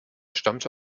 stammte